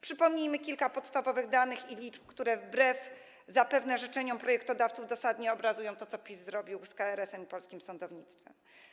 Przypomnijmy kilka podstawowych danych i liczb, które zapewne wbrew życzeniom projektodawców dosadnie obrazują to, co PiS zrobił z KRS-em i polskim sądownictwem.